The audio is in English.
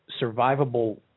survivable